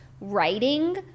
writing